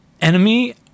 Enemy